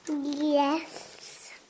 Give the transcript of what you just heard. Yes